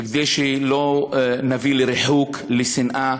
כדי שלא נביא לריחוק, לשנאה.